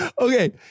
Okay